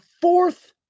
fourth